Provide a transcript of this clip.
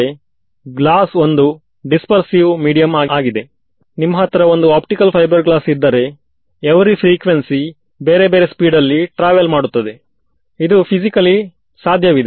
so boundary ಕಂಡಿಷನ್ನಿನ error ನಾನು ಅದರ ಹತ್ತಿರ ಹತ್ತಿರ ಹೋದಹಾಗೆ ಜಾಸ್ತಿಯಾಗುತ್ತಾ ಹೋಗುತ್ತದೆ ಇನ್ನೂ ಮುಂದೆ ಒಳಗೆ ಹೋದಾಗ ಒಳ್ಳೆಯದಾಗುತ್ತಾ ಹೋಗುತ್ತದೆ ನಾನು ಕೇವಲ ಇದರ ಬಗ್ಗೆ ಮಾಹಿತಿ ಕೊಡುತ್ತಿದ್ದೇನೆ ನಾವು ನಿಜವಾಗಿ ಲೆಕ್ಕಾಚಾರ ಮಾಡುವುದಿಲ್ಲ